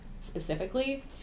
specifically